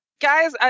Guys